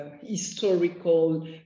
historical